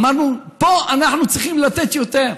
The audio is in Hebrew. אמרנו: פה אנחנו צריכים לתת יותר,